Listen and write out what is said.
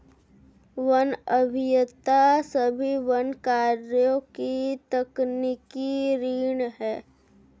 one अभियंता सभी वन कार्यों की तकनीकी रीढ़ हैं